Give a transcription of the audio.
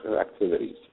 activities